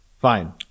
Fine